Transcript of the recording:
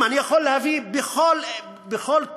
אני יכול להביא בכל תחום,